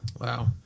Wow